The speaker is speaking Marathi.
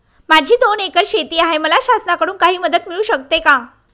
माझी दोन एकर शेती आहे, मला शासनाकडून काही मदत मिळू शकते का?